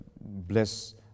bless